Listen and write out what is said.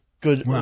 good